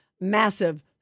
massive